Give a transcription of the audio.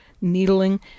needling